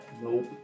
Nope